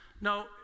no